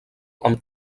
amb